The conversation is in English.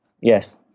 Yes